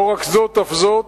לא זאת אף זאת,